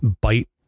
bite